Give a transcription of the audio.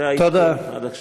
זה העדכון עד עכשיו.